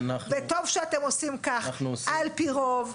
וטוב שאתם עושים כך על פי רוב.